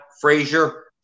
Frazier